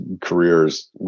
careers